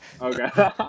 Okay